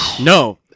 No